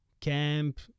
camp